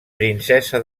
princesa